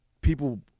people